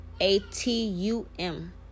A-T-U-M